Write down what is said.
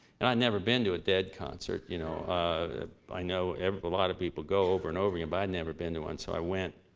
and, i'd never been to a dead concert. you know ah i know a lot of people go over and over again, and but i'd never been to one. so i went.